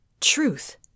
truth